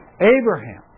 Abraham